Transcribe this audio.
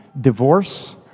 divorce